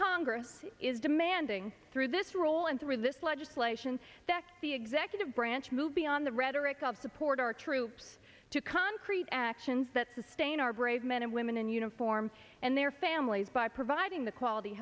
congress is demanding through this role and through this legislation that the executive branch move beyond the rhetoric of support our troops to concrete actions that sustain our brave men and women in uniform and their families by providing the quality